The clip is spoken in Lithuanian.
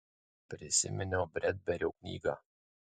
prisiminiau bredberio knygą